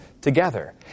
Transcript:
together